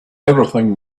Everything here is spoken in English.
everything